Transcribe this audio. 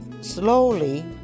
slowly